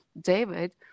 David